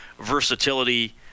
versatility